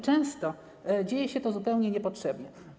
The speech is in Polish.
Często dzieje się to zupełnie niepotrzebnie.